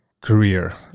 career